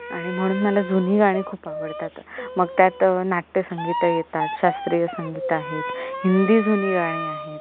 आणि म्हणून मला जुनी गाणी खूप आवडतात मग त्यात नाट्यसंगीतं येतात शास्त्रीय संगीत आहेत हिंदी जुनी गाणी आहेत